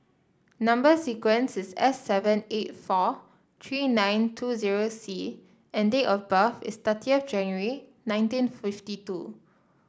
number sequence is S seven eight four three nine two zero C and date of birth is thirtieth January nineteen fifty two